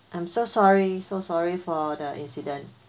I'm so sorry so sorry for the incident